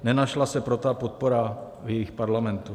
Nenašla se pro to podpora v jejich parlamentu.